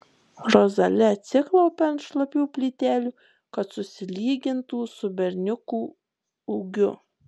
rozali atsiklaupia ant šlapių plytelių kad susilygintų su berniuku ūgiu